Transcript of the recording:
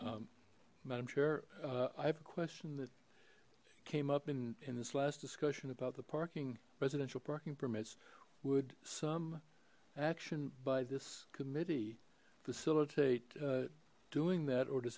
great i'm sure i have a question that came up in in this last discussion about the parking residential parking permits would some action by this committee facilitate doing that or does